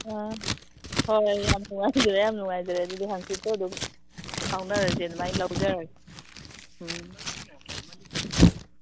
ꯑꯥ ꯍꯣꯏ ꯍꯣꯏ ꯌꯥꯝ ꯅꯨꯡꯉꯥꯏꯖꯔꯦ ꯅꯨꯡꯉꯥꯏꯖꯔꯦ ꯑꯗꯨꯗꯤ ꯍꯥꯡꯆꯤꯠꯇꯣ ꯑꯗꯨꯝ ꯐꯥꯎꯅꯔꯁꯦ ꯑꯗꯨꯃꯥꯏꯅ ꯂꯧꯖꯔꯒꯦ ꯎꯝ